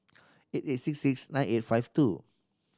eight eight six six nine eight five two